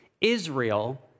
Israel